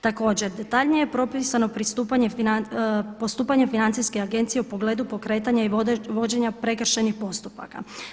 Također, detaljnije je propisano pristupanje financijske agencije u pogledu pokretanja i vođenja prekršajnih postupaka.